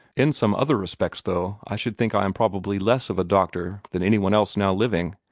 in some other respects, though, i should think i am probably less of a doctor than anybody else now living.